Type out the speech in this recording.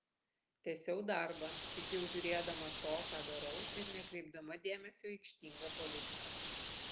tęsiau darbą tik jau žiūrėdama to ką darau ir nekreipdama dėmesio į aikštingą politiką